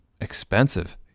expensive